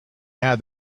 had